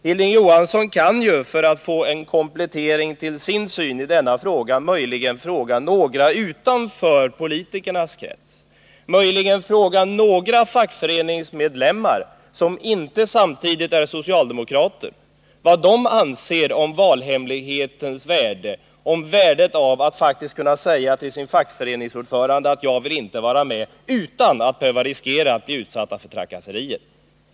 Hilding Johansson kan ju, för att få en komplettering av sin syn på denna fråga, möjligen fråga någon utanför politikernas krets, några fackföreningsmedlemmar som inte samtidigt är socialdemokrater, vad de anser om valhemlighetens värde i kollektivanslutningssammanhang och om de anser att de faktiskt kan säga till sin fackföreningsordförande att de inte vill bli kollektivanslutna utan att behöva riskera att bli utsatta för trakasserier.